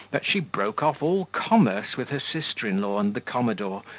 that she broke off all commerce with her sister-in-law and the commodore,